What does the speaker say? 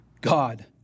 God